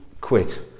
quit